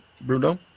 Bruno